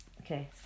Okay